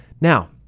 Now